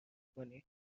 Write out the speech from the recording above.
کنین